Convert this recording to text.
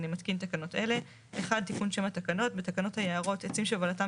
אני מתקין תקנות אלה: תיקון שם התקנות 1.בתקנות היערות (עצים שהובלתם